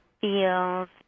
feels